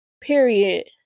period